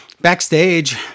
Backstage